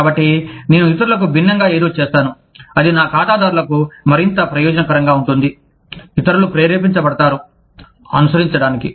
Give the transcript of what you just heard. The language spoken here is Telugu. కాబట్టి నేను ఇతరులకు భిన్నంగా ఏదో చేస్తాను అది నా ఖాతాదారులకు మరింత ప్రయోజనకరంగా ఉంటుంది ఇతరులు ప్రేరేపించబడతారు అనుసరించడానికి